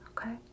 okay